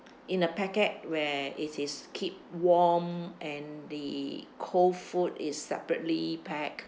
in a packet where it is keep warm and the cold food is separately packed